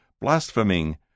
blaspheming